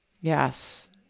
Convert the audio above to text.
yes